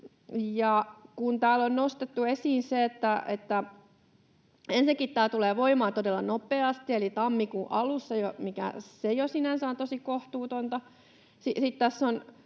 Täällä on nostettu esiin se, että ensinnäkin tämä tulee voimaan todella nopeasti eli tammikuun alussa, mikä jo sinänsä on tosi kohtuutonta.